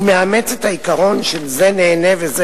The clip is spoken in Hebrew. הוא מאמץ את העיקרון של 'זה נהנה וזה